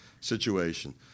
situation